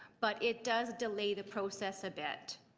but it does delay the process a bit.